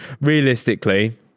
realistically